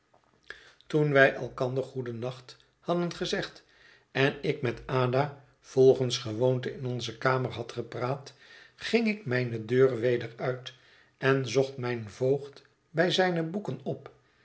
toen wij elkander goedennacht hadden gezegd en ik met ada volgens gewoonte in onze kamer had gepraat ging ik mijne deur weder uit en zocht mijn voogd bij zijne boeken op